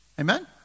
Amen